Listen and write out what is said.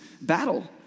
battle